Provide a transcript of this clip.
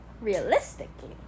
realistically